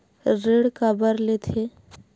ऋण काबर लेथे?